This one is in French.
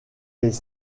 les